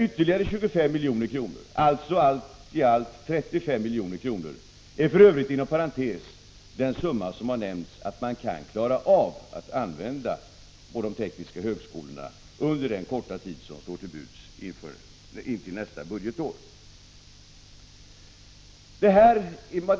Ytterligare 25 milj.kr., alltså totalt 35 milj.kr., är för övrigt den summa som man kan klara av att använda vid de tekniska högskolorna under den korta tid som står till buds fram till nästa budgetår.